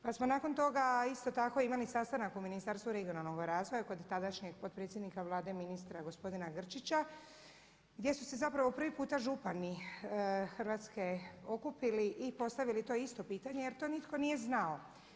Pa smo nakon toga isto tako imali sastanak u Ministarstvu regionalnog razvoja kod tadašnjeg potpredsjednika Vlade, ministra gospodina Grčića, gdje su se zapravo prvi puta župani Hrvatske okupili i postavili to isto pitanje jer to nitko nije znao.